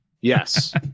Yes